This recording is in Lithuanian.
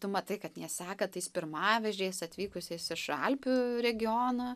tu matai kad jie seka tais pirmavaizdžiais atvykusiais iš alpių regiono